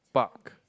park